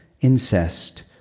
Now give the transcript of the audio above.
incest